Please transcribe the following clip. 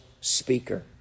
speaker